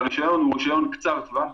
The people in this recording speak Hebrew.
והרישיון הוא רישיון קצר טווח,